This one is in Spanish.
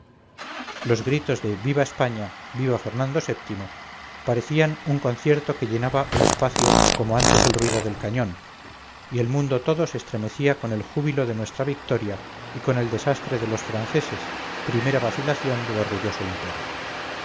los gritos de viva españa viva fernando vii parecían un concierto que llenaba el espacio como antes el ruido del cañón y el mundo todo se estremecía con el júbilo de nuestra victoria y con el desastre de los franceses primera vacilación del orgulloso imperio